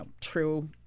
true